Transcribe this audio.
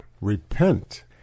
Repent